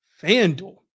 FanDuel